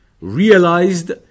realized